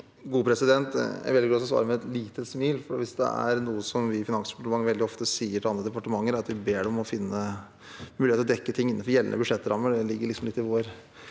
Jeg velger å svare med et lite smil, for hvis det er noe vi i Finansdepartementet veldig ofte sier til andre departementer, er det at vi ber dem om å finne mulighet til å dekke ting innenfor gjeldende budsjettrammer. Det ligger liksom litt